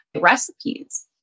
recipes